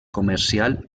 comercial